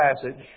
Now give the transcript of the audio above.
passage